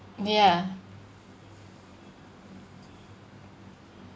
ya